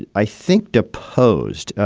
i think, deposed,